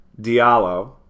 Diallo